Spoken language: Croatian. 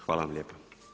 Hvala vam lijepa.